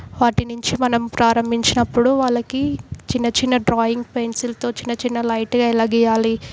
వాటి నుంచి మనం ప్రారంభించినపుడు వాళ్ళకి చిన్న చిన్న డ్రాయింగ్ పెన్సిల్తో చిన్న చిన్న లైట్గా ఎలా గీయాలి